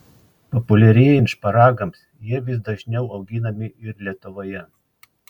populiarėjant šparagams jie vis dažniau auginami ir lietuvoje